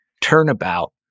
turnabout